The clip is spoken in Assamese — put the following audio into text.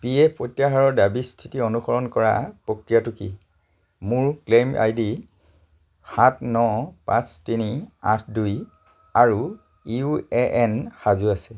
পি এফ প্ৰত্যাহাৰৰ দাবীৰ স্থিতি অনুসৰণ কৰা প্ৰক্ৰিয়াটো কি মোৰ ক্লেইম আই ডি সাত ন পাঁচ তিনি আঠ দুই আৰু ইউ এ এন সাজু আছে